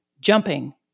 jumping